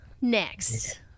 next